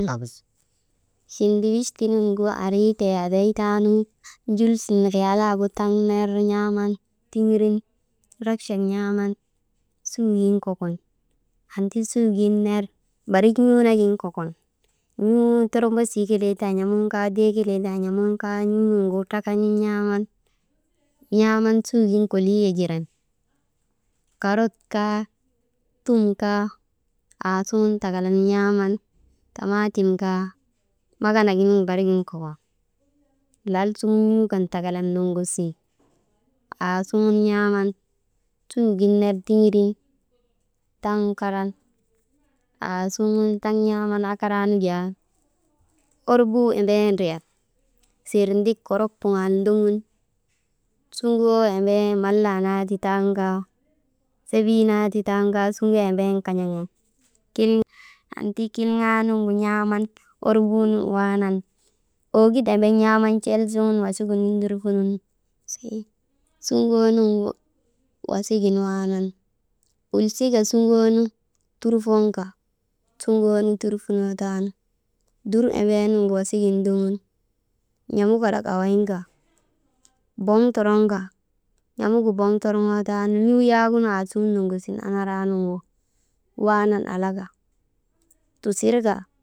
Chindiwisti nuŋu andritee aday taanu jul sun riyalaayegu taŋ ner n̰aaman tiŋirin rakchak n̰aaman, suugin kokon anti suugin ner barik n̰uu kelegin kokon, n̰uu tormbosii kelee ti an̰amun kaa, n̰uu dee kelee ti an̰amun kaa, n̰uu nuŋu trakan n̰aaman, n̰aaman suugin kolii yagiran, karot kaa, tum kaa, aasuŋun takalan n̰aaman. Tamaatim kaa Magana giniŋ barigin kokon, lala sugun n̰uu kan takalan noŋosin aasuŋun n̰aaman suugin ner tiŋirin taŋ karan aasuŋun taŋ n̰aaman akaraanu jaa orbuu embee ndriyan, sirndik kodrok kuŋaal ndogun, suŋoo embee mallaa naa ti tankaa, sebii naa ti taan kaa, suŋoo emben ken̰eŋan, « hesitation» anti kilŋaa nun gu n̰aaman orbuu nun waanan, oogut embet n̰aaman cel suŋun wasigu nundurfunun,«hesitation» suŋoo nuŋu wasigin waanan, ulsika suŋoonu turfonka, suŋoo turfunoo taanu dur embeenugu wasigin ndoŋun n̰amuk kalak awayinka, boŋ toroŋka, n̰amugu boŋ torŋootaanu n̰uu waagu aasuŋun noŋosin annaraanugu, waanan alaka tusirka.